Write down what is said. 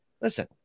listen